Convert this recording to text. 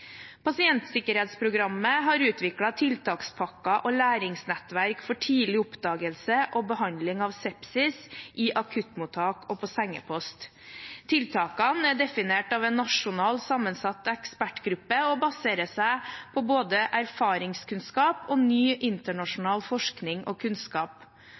Pasientsikkerhetsprogrammet har utviklet tiltakspakker og læringsnettverk for tidlig oppdagelse og behandling av sepsis i akuttmottak og på sengepost. Tiltakene er definert av en nasjonal, sammensatt ekspertgruppe og baserer seg på både erfaringskunnskap og ny internasjonal forskning og kunnskap.